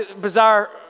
Bizarre